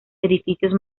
edificios